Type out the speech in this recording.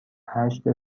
هشت